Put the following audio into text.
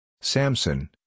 Samson